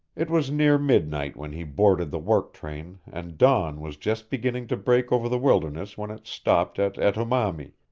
it was near midnight when he boarded the work-train and dawn was just beginning to break over the wilderness when it stopped at etomami,